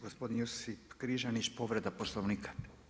Gospodin Josip Križanić povreda Poslovnika.